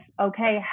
Okay